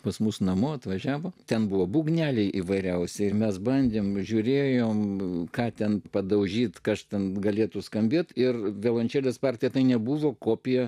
pas mus namo atvažiavo ten buvo būgneliai įvairiausi ir mes bandėme žiūrėjome ką ten padaužyti kas ten galėtų skambėti ir violončelės partiją tai nebuvo kopija